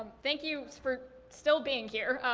um thank you for still being here,